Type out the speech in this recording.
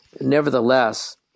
Nevertheless